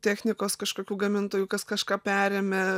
technikos kažkokių gamintojų kas kažką perėmė